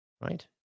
Right